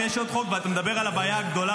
אם יש עוד חוק ואתה מדבר על הבעיה הגדולה